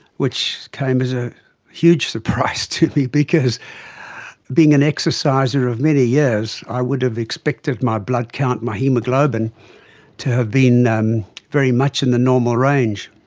which came as a huge surprise to me because being an exerciser of many years, i would have expected my blood count, my haemoglobin to have been um very much in the normal range.